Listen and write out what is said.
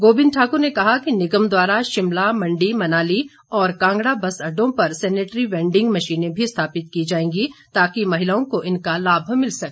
गोविंद ठाकुर ने कहा कि निगम द्वारा शिमला मंडी मनाली ओर कांगड़ा बस अड्डों पर सेनेटरी वेंडिंग मशीनें भी स्थापित की जाएगी ताकि महिलाओं को इनका लाभ मिल सके